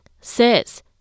says